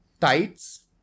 tights